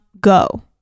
go